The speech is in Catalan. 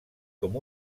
com